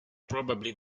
probably